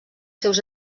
seus